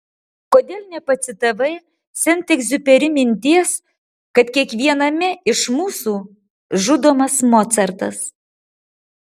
kodėl nepacitavai sent egziuperi minties kad kiekviename iš mūsų žudomas mocartas